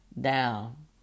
down